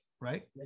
right